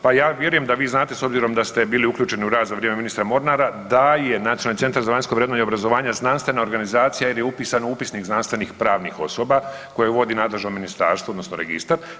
Pa ja vjerujem da vi znate s obzirom da ste bili uključeni u razno vrijeme ministra Mornara da je Nacionalni centar za vanjsko vrednovanja obrazovanja znanstvena organizacija jel je upisana u Upisnik znanstvenik pravnih osoba koje vodi nadležno ministarstvo odnosno registar.